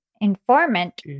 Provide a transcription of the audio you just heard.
informant